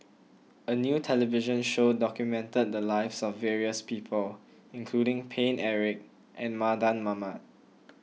a new television show documented the lives of various people including Paine Eric and Mardan Mamat